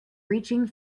reaching